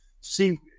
See